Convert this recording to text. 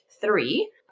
three